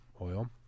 oil